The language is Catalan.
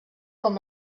com